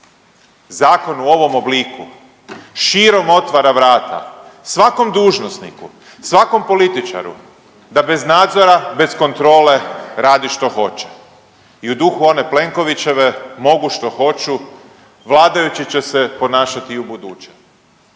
Zakon u ovom obliku širom otvara vrata svakom dužnosniku, svakom političaru da bez nadzora i bez kontrole radi što hoće i u duhu one Plenkovićeve mogu što hoću, vladajući će se ponašati i u buduće